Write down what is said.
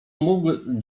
mógł